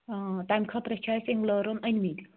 تَمہِ خٲطرٕ چھِ اَسہِ اِنٛگلٲرٕن أنۍ مٕتۍ